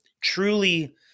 truly